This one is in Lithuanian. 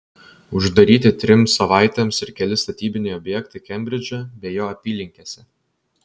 uždaryti trims savaitėms ir keli statybiniai objektai kembridže bei jo apylinkėse